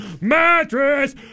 Mattress